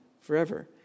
forever